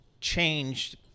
changed